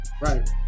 Right